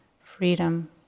freedom